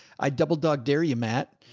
i double dog. dare you, matt.